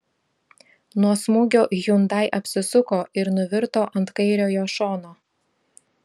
nuo smūgio hyundai apsisuko ir nuvirto ant kairiojo šono